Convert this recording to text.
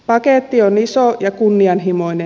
paketti on iso ja kunnianhimoinen